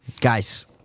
Guys